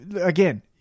Again